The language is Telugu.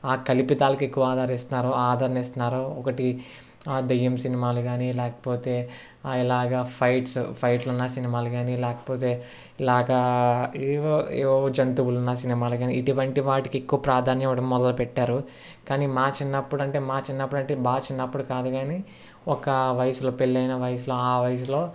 ఆ కల్పితాలకు ఎక్కువ ఆధారిస్తారో ఆదరణ ఇస్తున్నారు ఒకటి దెయ్యం సినిమాలు కాని లేకపోతే ఇలాగ ఫైట్స్ ఫైట్లు ఉన్న సినిమాలు కాని లేకపోతే ఇలాగా ఏవేవో ఏవేవో జంతువులు ఉన్న సినిమాలు కాని ఇటువంటి వాటికి ఎక్కువ ప్రాధాన్యత ఇవ్వడం మొదలుపెట్టారు కానీ మా చిన్నప్పుడు అంటే మా చిన్నప్పుడు అంటే బాగా చిన్నప్పుడు కాదు కాని ఒక వయసులో పెళ్లి అయిన వయసులో ఆ వయసులో